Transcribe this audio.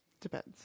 depends